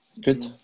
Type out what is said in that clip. good